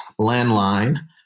landline